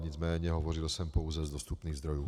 Nicméně hovořil jsem pouze z dostupných zdrojů.